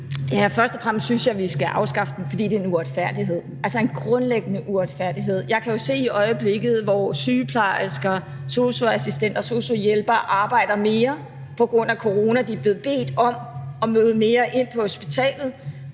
Ja, først og fremmest synes jeg, at vi skal afskaffe den, fordi det er en uretfærdighed, altså en grundlæggende uretfærdighed. Jeg kan jo se, at sygeplejersker, sosu-assistenter og sosu-hjælpere i øjeblikket arbejder mere på grund af corona. De er blevet bedt om at møde mere ind på hospitalet,